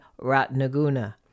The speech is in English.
Ratnaguna